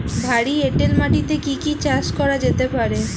ভারী এঁটেল মাটিতে কি কি চাষ করা যেতে পারে?